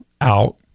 out